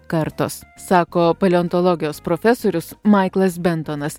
kartos sako paleontologijos profesorius maiklas bentonas